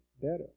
better